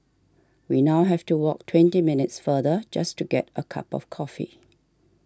we now have to walk twenty minutes farther just to get a cup of coffee